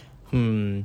hmm